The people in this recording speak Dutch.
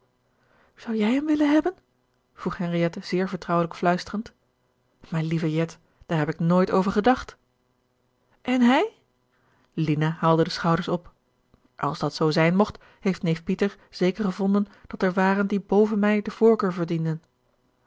zou jij hem willen hebben vroeg henriette zeer vertrouwelijk fluisterend mijn lieve jet daar heb ik nooit over gedacht en hij lina haalde de schouders op als dat zoo zijn mocht heeft neef pieter zeker gevonden dat er waren die boven mij de voorkeur verdienden